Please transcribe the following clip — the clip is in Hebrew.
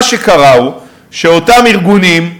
מה שקרה הוא שאותם ארגונים,